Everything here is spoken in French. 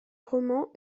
romans